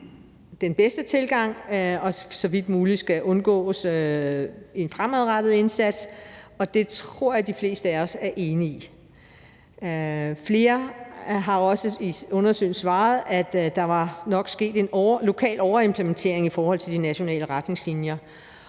så vidt muligt skal undgås i en fremadrettet indsats, og det tror jeg de fleste af os er enige i. Flere har i undersøgelsen også svaret, at der nok er sket en lokal overimplementering i forhold til de nationale retningslinjer,